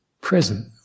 present